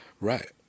Right